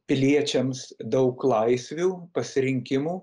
piliečiams daug laisvių pasirinkimų